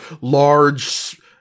large